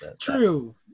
True